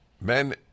Men